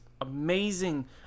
amazing